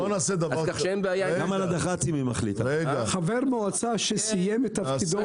אז כך שאין בעיה --- חבר מועצה שסיים את תפקידו,